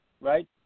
right